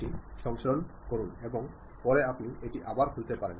മാത്രമല്ല ഏത് മാധ്യമമാണ് നിങ്ങൾ തിരഞ്ഞെടുത്തത് എന്നതും പ്രധാനമാണ്